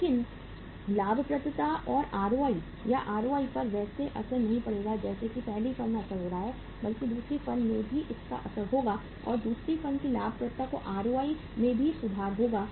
लेकिन लाभप्रदता या आरओआई पर वैसे असर नहीं पड़ेगा जैसा कि पहली फर्म में असर हो रहा है बल्कि दूसरी फर्म में भी इसका असर होगा और दूसरी फर्म की लाभप्रदता या आरओआई में भी सुधार होगा